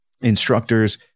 instructors